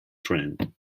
trend